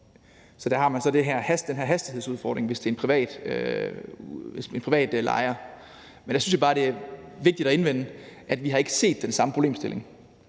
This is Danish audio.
Så der har man så den her hastighedsudfordring, hvis det er en privat lejer. Men der synes jeg bare, det er vigtigt at indvende, at vi ikke har set den samme problemstilling,